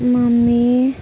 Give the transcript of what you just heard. mummy